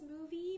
movie